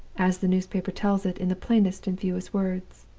as the newspaper tells it in the plainest and fewest words.